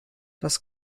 das